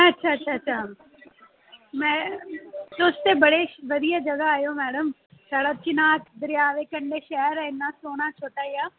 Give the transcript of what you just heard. अच्छा अच्छा अच्छा